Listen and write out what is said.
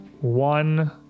one